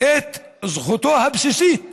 את זכותו הבסיסית